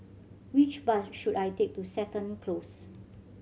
which bus should I take to Seton Close